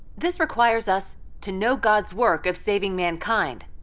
this requires us to know god's work of saving mankind.